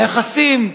היחסים,